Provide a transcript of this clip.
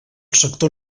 sector